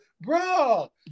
bro